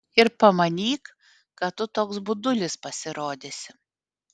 ir pamanyk kad tu toks budulis pasirodysi